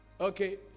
Okay